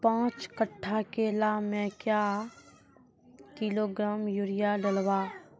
पाँच कट्ठा केला मे क्या किलोग्राम यूरिया डलवा?